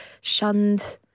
shunned